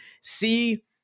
see